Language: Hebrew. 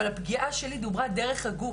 אבל הפגיעה שלי דוברה דרך הגוף.